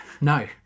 No